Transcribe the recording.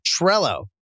Trello